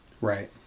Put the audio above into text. Right